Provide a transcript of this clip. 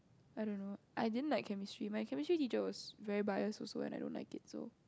I don't know I didn't like Chemistry my Chemistry teacher was very biased also and I don't like it so